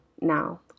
Now